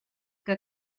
que